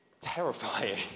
terrifying